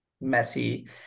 messy